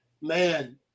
man